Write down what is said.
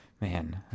Man